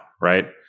right